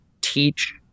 teach